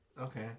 okay